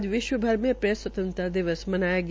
आज विश्व भर में प्रेस स्वतंत्रता दिवस मनाया गया